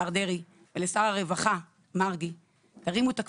השר דרעי, ולשר הרווחה, מרגי, תרימו את הכפפה,